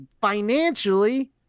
financially